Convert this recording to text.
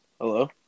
Hello